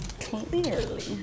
Clearly